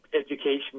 education